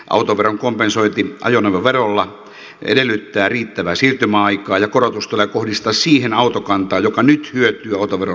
autoveron kompensointi ajoneuvoverolla edellyttää riittävää siirtymäaikaa ja korotus tulee kohdistaa siihen autokantaan joka nyt hyötyy autoveron laskusta